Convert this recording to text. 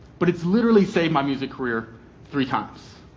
but it's literally saved my music career three times.